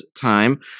time